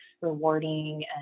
rewarding